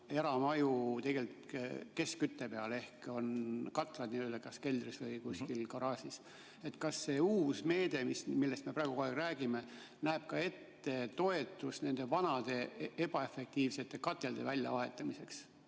eramaju tegelikult keskkütte peal ehk on katlad kuskil keldris või garaažis. Kas see uus meede, millest me praegu räägime, näeb ette ka toetust nende vanade ebaefektiivsete katelde väljavahetamiseks?